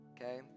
Okay